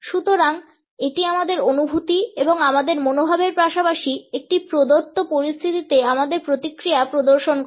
সুতরাং এটি আমাদের অনুভূতি এবং আমাদের মনোভাবের পাশাপাশি একটি প্রদত্ত পরিস্থিতিতে আমাদের প্রতিক্রিয়া প্রদর্শন করে